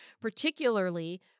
particularly